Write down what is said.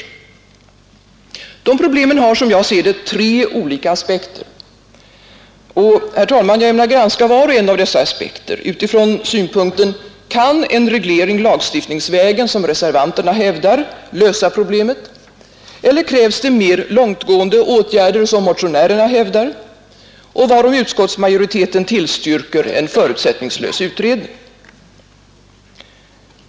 De problemen har, som jag ser det, tre olika aspekter, och jag ämnar granska var och en av dessa utifrån synpunkten: kan en reglering lagstiftningsvägen, som reservanterna hävdar, lösa problemet, eller krävs det mer långtgående åtgärder, som motionärerna hävdar och varom utskottsmajoriteten tillstyrker en förutsättningslös utredning?